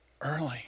early